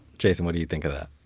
jason, what do you think of that?